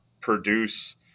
produce